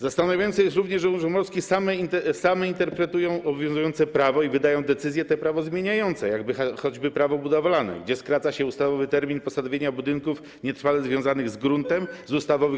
Zastanawiające jest również, że urzędy morskie same interpretują obowiązujące prawo i wydają decyzje te prawo zmieniające, jak choćby Prawo budowlane, i skracają ustawowy termin posadowienia budynków nietrwale związanych z gruntem z ustawowych